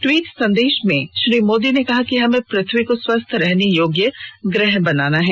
tweet संदेश में श्री मोदी ने कहा कि हमें पृथ्वी को स्वस्थ रहने योग्य ग्रह बनाना है